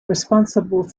responsible